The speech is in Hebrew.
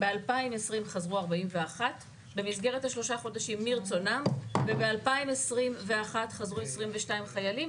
ב-2020 חזרו 41 במסגרת ה-3 חודשים מרצונם וב-2021 חזרו 22 חיילים.